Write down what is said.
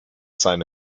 seine